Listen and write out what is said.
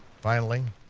finally,